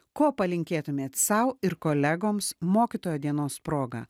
ko palinkėtumėt sau ir kolegoms mokytojo dienos proga